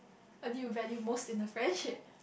what do you value most in the friendship